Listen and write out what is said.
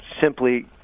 simply